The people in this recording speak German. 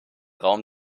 raum